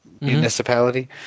municipality